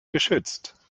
geschützt